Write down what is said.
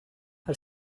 her